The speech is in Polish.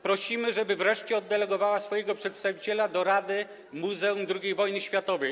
Prosimy, żeby wreszcie oddelegowała swojego przedstawiciela do Rady Muzeum II Wojny Światowej.